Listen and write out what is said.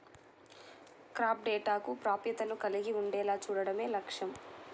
crop డేటాకు ప్రాప్యతను కలిగి ఉండేలా చూడడమే లక్ష్యం